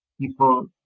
people